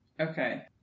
Okay